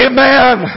Amen